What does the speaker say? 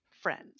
friends